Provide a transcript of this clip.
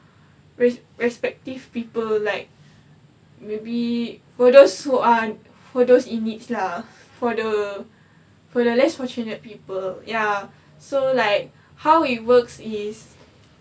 respect~ respective people like maybe for those who are for those in needs lah for the for the less fortunate people ya so like how it works is